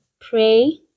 pray